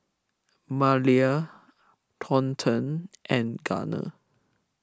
Malia Thornton and Gunner